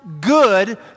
good